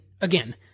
again